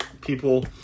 people